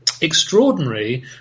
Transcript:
extraordinary